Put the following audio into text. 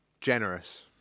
generous